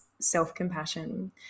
self-compassion